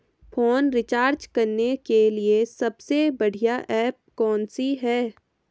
Phone recharge करने के लिए सबसे बढ़िया ऐप कौन सी है?